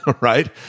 right